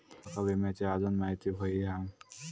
माका विम्याची आजून माहिती व्हयी हा?